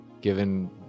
given